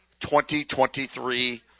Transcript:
2023